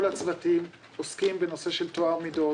כל הצוותים עוסקים בנושאים של טוהר מידות,